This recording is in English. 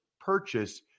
purchase